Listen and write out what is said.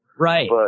Right